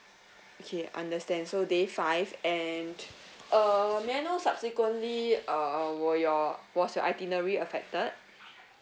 okay understand so day five and uh may I know subsequently uh were your was your itinerary affected